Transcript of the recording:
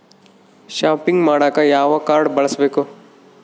Shopping ಮಾಡಾಕ ಯಾವ card ಬಳಸಬೇಕು?